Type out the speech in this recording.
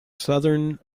southern